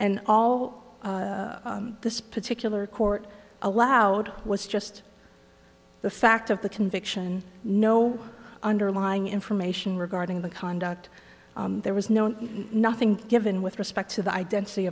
all this particular court allowed was just the fact of the conviction no underlying information regarding the conduct there was no nothing given with respect to the identity